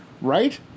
Right